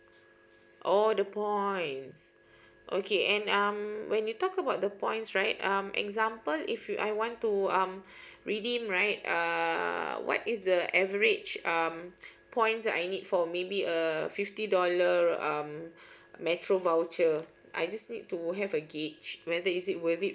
oh the points okay and um when you talk about the points right um example if you I want to mm redeem right err what is the average mm points I need for maybe err fifty dollar um metro voucher I just need to have a gauge whether is it worth it